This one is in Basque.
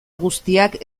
guztiak